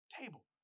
table